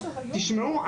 תשמעו,